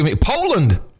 Poland